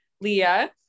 Leah